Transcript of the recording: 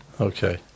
okay